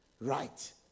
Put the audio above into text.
right